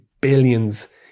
billions